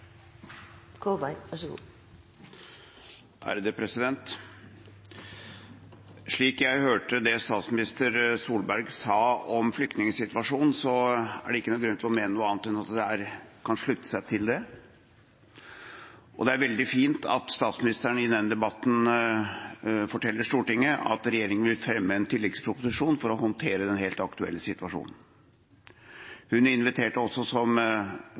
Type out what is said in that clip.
det ikke noen grunn til å mene noe annet enn at man kan slutte seg til det. Det er veldig fint at statsministeren i denne debatten forteller Stortinget at regjeringa vil fremme en tilleggsproposisjon for å håndtere den helt aktuelle situasjonen. Hun inviterte også, som Jonas Gahr Støre sa tidligere i debatten, til dugnad. Alt dette er bra. Men det gjenstår allikevel noe som jo har vært en gjennomgangstone i denne debatten, og som